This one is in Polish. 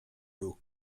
był